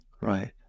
Right